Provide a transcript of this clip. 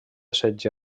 setge